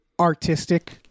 artistic